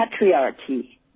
patriarchy